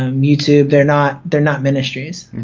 um youtube they're not they're not ministries